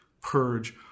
purge